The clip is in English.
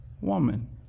woman